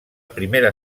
primera